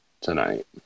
tonight